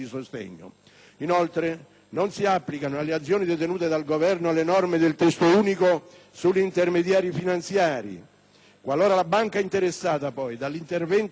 Inoltre, non si applicano alle azioni detenute dal Governo le norme del Testo unico sugli intermediari finanziari. Qualora la banca interessata dall'intervento dello Stato